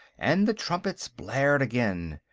and the trumpets blared again.